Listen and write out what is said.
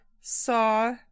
saw